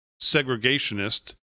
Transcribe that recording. segregationist